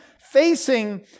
facing